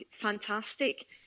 fantastic